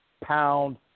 pound